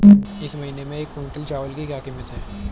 इस महीने एक क्विंटल चावल की क्या कीमत है?